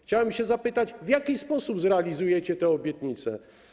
Chciałbym się zapytać, w jaki sposób zrealizujecie tę obietnicę.